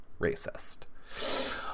Racist